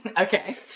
Okay